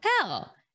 hell